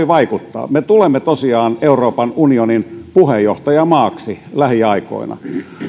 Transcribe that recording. vaikuttaa me tulemme tosiaan euroopan unionin puheenjohtajamaaksi lähiaikoina